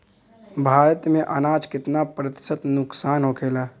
भारत में अनाज कितना प्रतिशत नुकसान होखेला?